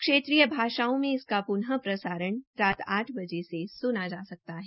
क्षेत्रीय भाषाओं में इसका प्न् प्रसारण रात आठ बजे से स्ना जा सकता है